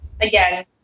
Again